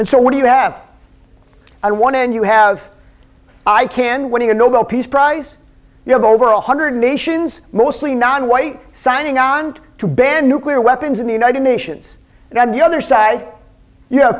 and so what do you have on one hand you have i can win a nobel peace prize you have over a hundred nations mostly nonwhite signing on to ban nuclear weapons in the united nations and the other side y